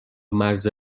مرز